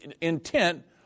intent